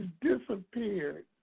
disappeared